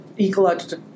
ecological